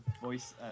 voice